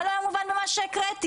מה לא היה מובן במה שקראתי?